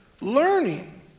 learning